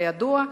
כידוע,